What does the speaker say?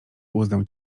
uzdę